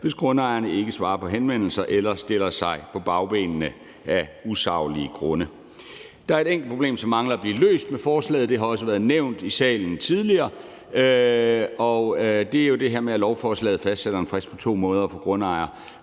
hvis grundejerne ikke svarer på henvendelser eller stiller sig på bagbenene af usaglige grunde. Der er et enkelt problem, som mangler at blive løst, med forslaget. Det har også været nævnt i salen tidligere, og det er jo det her med, at lovforslaget fastsætter en frist på 2 måneder for grundejere